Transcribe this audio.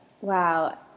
Wow